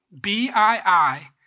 B-I-I